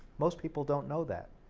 most people don't know that.